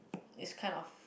it's kind of